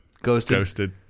Ghosted